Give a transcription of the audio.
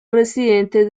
residente